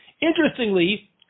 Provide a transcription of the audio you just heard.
interestingly